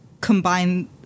combine